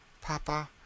Papa